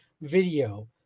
video